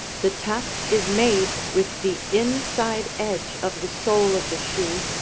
the tap is made with the inside edge of the sole of the shoe,